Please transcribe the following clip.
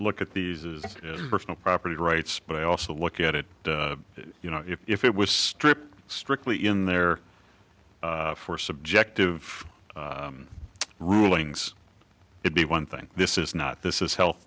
look at these is personal property rights but i also look at it you know if it was stripped strictly in there for subjective rulings it be one thing this is not this is health